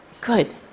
good